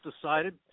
decided